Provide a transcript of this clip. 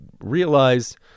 realize